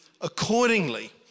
accordingly